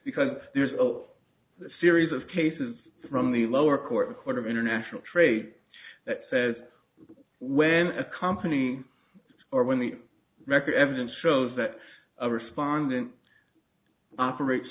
because there's a lot of series of cases from the lower court a court of international trade that says when a company or when the record evidence shows that a respondent operates